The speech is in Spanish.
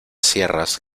sierras